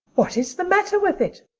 what is the matter with it?